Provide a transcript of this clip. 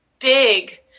big